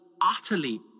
utterly